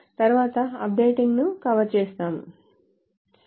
తరువాత updating ను కవర్ చేస్తాము